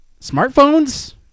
smartphones